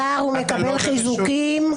אלעזר, הוא מקבל חיזוקים.